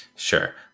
Sure